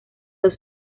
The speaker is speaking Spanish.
los